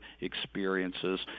experiences